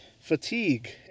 fatigue